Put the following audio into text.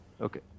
Okay